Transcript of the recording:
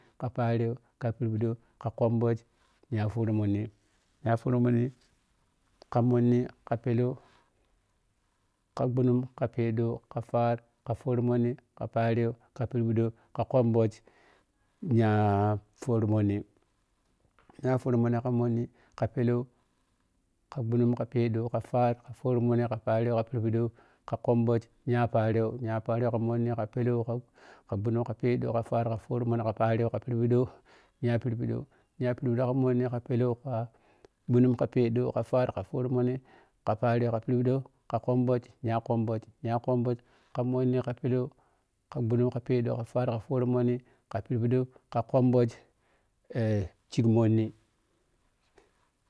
Ka fayero ka phiɓirɗɔw ka khumɓhug nya furuhmhonni nyafuromhonni ka mhonni ka pɛɛlow ka ɓhunug ka pɛɛlow ka ɓhunug ka pɛɛɗow ka faat ka fuhrumhonni ka phayero ka phirɓiɗɔw ka khumɓhug nya fhuromhonni nya fuhro mhonni ka mhonni ka pɛɛl wka ɓhunug ka pɛɛ ɗɔw ka faat ka foromhonnik phirɓiɗɔw ka khumɓhuk nya phayergw nya phaymu mhonni ka pɛɛlow ka shunug pɛɛɗow ka faar ka furomhonni ka payen ka phirɓiɗow nya phirɓiow nya phirbiɗow ka mhonni ka pɛɛhw ka ɓhunug ka pɛɛɗo ka faat ka furomhooni playero ka phirbiɗow ka khumɓnuk nya khumɓhug nya khu mɓuuk ka mhonni ka pɛɛhwka ɓhunug ka pɛɛɗow ka faar ka furomhonni puirbiɗow ka khumbug eh chigmhonni.